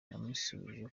namusubije